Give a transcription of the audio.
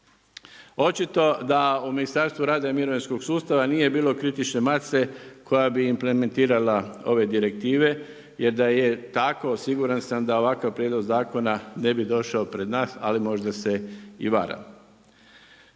Očito da u Ministarstvu rada i mirovinskog sustava nije bilo kritične mase koja bi implementirala ove direktive, jer da je tako, siguran sam, da ovakav prijedlog zakona ne bi došao pred nas, ali možda se i varam.